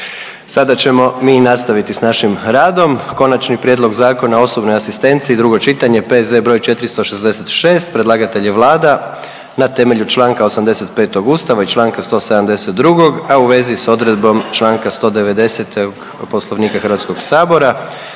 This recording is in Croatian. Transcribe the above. Sada ćemo mi nastaviti s našim radom. - Konačni prijedlog Zakona o osobnoj asistenciji, drugo čitanje, P.Z. br. 466; Predlagatelj je Vlada na temelju čl. 85. Ustava i čl. 172., a u vezi s odredbom čl. 190. Poslovnika Hrvatskoga sabora.